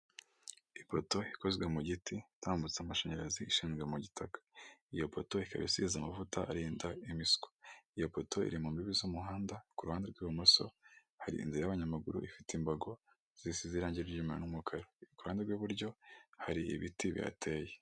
Ipoto ikozwe mu giti itambutse amashanyarazi ishinzwe mu gitaka, iyo buto ikaba isize amavuta arinda imiswa, iyo poto iri imbibi z'umuhanda, ku ruhande rw'ibumoso hari inzira y'abanyamaguru ifite imbago zisize irange inyuma n'umukara, iruhande rw'iburyo hari ibiti biteye.